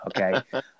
okay